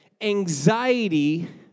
anxiety